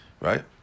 Right